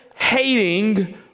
hating